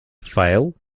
fail